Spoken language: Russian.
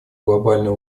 глобальная